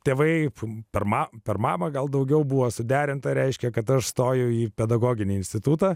tėvai fum per ma per mamą gal daugiau buvo suderinta reiškia kad aš stojau į pedagoginį institutą